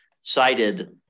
cited